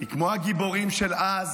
כמו הגיבורים של אז,